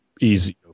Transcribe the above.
easy